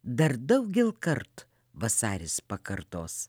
dar daugel kartų vasaris pakartos